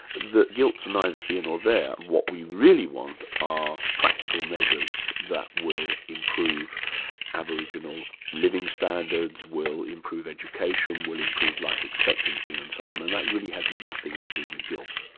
that guilt's neither here nor there, what we really want are practical measures that will improve aboriginal living standards, will improve education, will improve life expectancy, and so on, and that really has nothing to do with guilt.